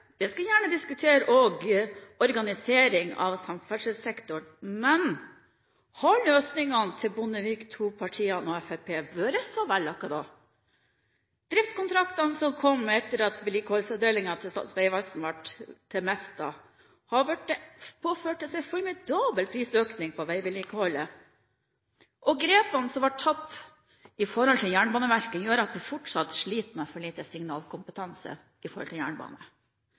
jeg skal gjerne diskutere organisering av samferdselssektoren, men har løsningene til Bondevik II-partiene og Fremskrittspartiet vært så vellykkede? Driftskontraktene som kom etter at vedlikeholdsavdelingen til Statens vegvesen ble til Mesta, førte til en formidabel prisøkning på veivedlikeholdet. Grepene som ble tatt i forhold til Jernbaneverket, gjør at vi fortsatt sliter med for lite signalkompetanse når det gjelder jernbane. OPS skal tydeligvis løse absolutt alt i